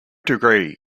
degree